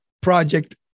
project